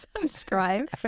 Subscribe